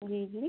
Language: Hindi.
जी जी